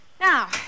Now